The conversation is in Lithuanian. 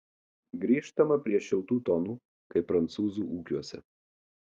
grįžtama prie šiltų tonų kai prancūzų ūkiuose